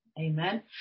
Amen